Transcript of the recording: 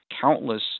countless